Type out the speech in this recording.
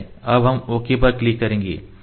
अब हम ओके पर क्लिक करेंगे